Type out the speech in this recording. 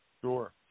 Sure